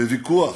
בוויכוח,